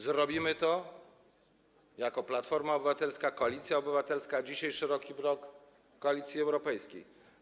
Zrobimy to jako Platforma Obywatelska - Koalicja Obywatelska, jako szeroki blok Koalicji Europejskiej.